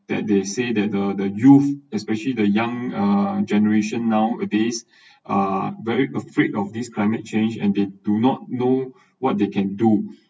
that they say that the the youth especially the young uh generation nowadays are very afraid of this climate change and they do not know what they can do